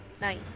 Nice